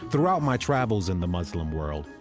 throughout my travels in the muslim world,